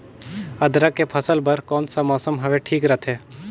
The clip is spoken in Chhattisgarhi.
अदरक के फसल बार कोन सा मौसम हवे ठीक रथे?